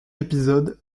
épisode